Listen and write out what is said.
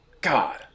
God